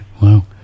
Wow